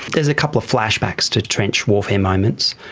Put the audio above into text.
there's a couple of flashbacks to trench warfare moments.